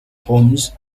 homes